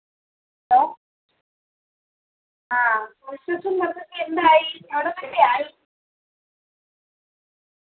hello ആ construction വർക്കൊക്കെ എന്തായി എവിടം വരെയായി